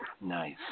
Nice